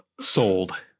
Sold